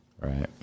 Right